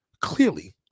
clearly